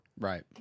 Right